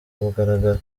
mugaragaro